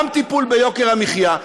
גם טיפול ביוקר המחיה,